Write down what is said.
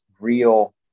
real